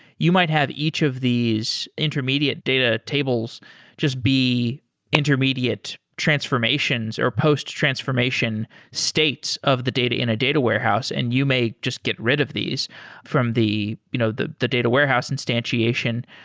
you might have each of these intermediate data tables just be intermediate transformations or post transformation states of the data in a data warehouse and you may just get rid of these from the you know the data warehouse instantiation.